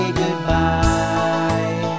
goodbye